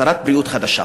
שרת בריאות חדשה,